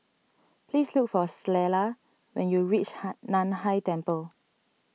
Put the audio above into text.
please look for Clella when you reach Hai Nan Hai Temple